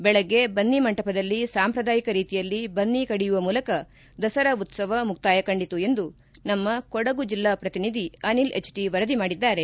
ಬೆಳಗ್ಗೆ ಬನ್ನಿ ಮಂಟಪದಲ್ಲಿ ಸಾಂಪ್ರದಾಯಿಕ ರೀತಿಯಲ್ಲಿ ಬನ್ನಿ ಕಡಿಯುವ ಮೂಲಕ ದಸರಾ ಉತ್ಸವ ಮುಕ್ತಾಯ ಕಂಡಿತು ಎಂದು ನಮ್ಮ ಕೊಡಗು ಜೆಲ್ಲಾ ಪ್ರತಿನಿಧಿ ಅನಿಲ್ ಎಚ್ ಟೆ ವರದಿ ಮಾಡಿದ್ದಾರೆ